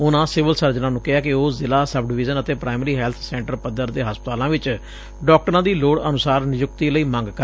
ਉਨਾਂ ਸਿਵਲ ਸਰਜਨਾਂ ਨੂੰ ਕਿਹੈ ਕਿ ਉਹ ਜ਼ਿਲਾ ਸਬ ਡਿਵੀਜ਼ਨ ਅਤੇ ਪ੍ਾਇਮਰੀ ਹੈਲਬ ਸੈਂਟਰ ਪੱਧਰ ਦੇ ਹਸਪਤਾਲਾਂ ਵਿਚ ਡਾਕਟਰਾਂ ਦੀ ਲੋੜ ਅਨੁਸਾਰ ਨਿਯੁਕਤੀ ਲਈ ਮੰਗ ਕਰਨ